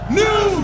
new